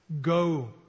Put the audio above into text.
go